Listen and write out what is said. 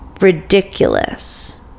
ridiculous